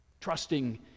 trusting